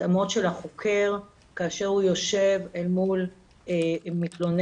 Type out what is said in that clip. של החוקר כאשר הוא יושב אל מול מתלונן,